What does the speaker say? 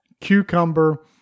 Cucumber